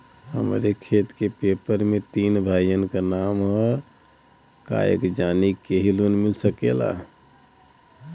हमरे खेत के पेपर मे तीन भाइयन क नाम ह त का एक जानी के ही लोन मिल सकत ह?